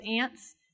ants